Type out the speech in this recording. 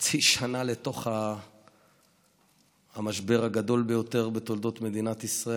חצי שנה לתוך המשבר הגדול ביותר בתולדות מדינת ישראל,